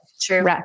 True